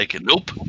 nope